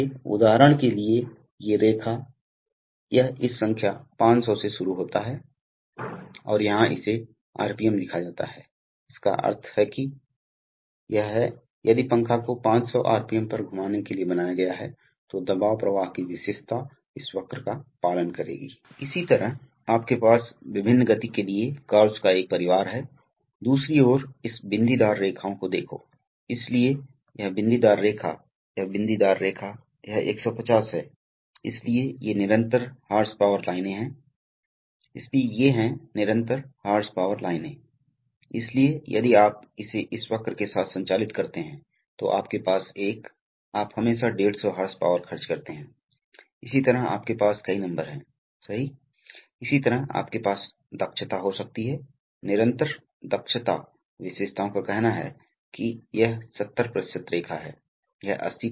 तो विशिष्ट न्यूमेटिक्स नियंत्रण प्रणाली ब्लॉक आरेखवार इस तरह दिखाई देगा इसलिए आपके पास एक स्रोत है आपके पास हवा या गैस का एक स्रोत है जो उच्च दबाव में है यह स्रोत आम तौर पर कंप्रेसर से आ रहा है और फिर आपके पास एक नियामक है और यह वास्तव में एक दबाव नियामक है यह एक दबाव नियामक है जिसके बाद आपको आवश्यकता होती है आप वास्तव में दबाव में गैस प्राप्त करते हैं जो आपके उपकरण की आवश्यकता होगी इसी तरह आपको प्रतिक्रियाएं भी मिल सकती हैं आपके पास न्यूमेटिक्स संकेत प्रतिक्रियाएं हो सकती हैं आपको पता है I से P परिवर्तक करंट से दबाव परिवर्तक जैसी चीजें जिससे आपको न्यूमेटिक्स फीडबैक सिग्नल मिल सकते हैं आप विभिन्न सेंसर जानते हैं और फिर आपके पास एक न्यूमेटिक्स नियंत्रण प्रणाली हो सकती है इसलिए इस नियंत्रण प्रणाली में विभिन्न शायद दिशा नियंत्रण वाल्व और विभिन्न न्यूमेटिक्स तर्क वाल्व शामिल होगी और या हम उन्हें अगले पाठ में देखेंगे